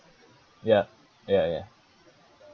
ya ya ya